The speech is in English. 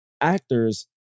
actors